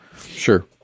Sure